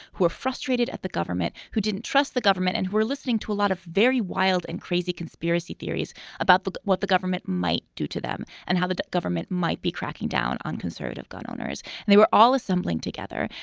who are frustrated at the government, who didn't trust the government, and who are listening to a lot of very wild and crazy conspiracy theories about what the government might do to them and how the government might be cracking down on conservative gun owners. they were all assembling together.